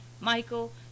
Michael